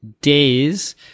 days